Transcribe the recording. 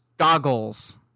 goggles